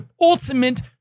ultimate